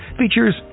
features